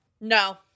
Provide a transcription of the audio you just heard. No